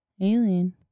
Alien